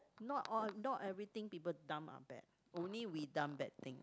not all not everything people dump are bad only we dump bad things